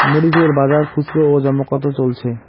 মরিচ এর বাজার খুচরো ও জমা কত চলছে?